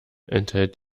enthält